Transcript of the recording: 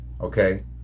okay